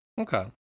Okay